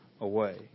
away